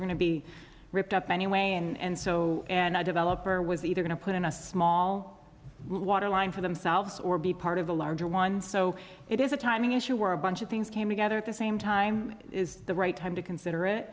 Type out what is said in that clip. to be ripped up anyway and so and i developer was either going to put in a small waterline for themselves or be part of a larger one so it is a timing issue where a bunch of things came together at the same time is the right time to consider it